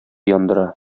яндыра